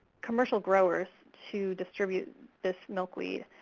commercial growers to distribute this milkweed.